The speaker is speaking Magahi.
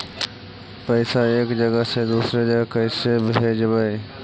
पैसा एक जगह से दुसरे जगह कैसे भेजवय?